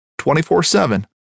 24-7